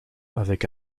avec